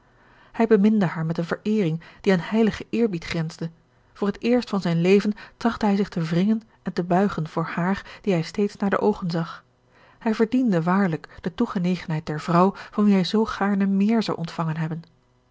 hij beminde haar met eene vereering die aan heiligen eerbied grensde voor het eerst van zijn leven trachtte hij zich te wringen en te buigen voor haar die hij steeds naar de oogen zag hij verdiende waarlijk de toegenegenheid der vrouw van wie hij zoo gaarne méér zou ontvangen hebben